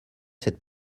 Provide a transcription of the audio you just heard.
cette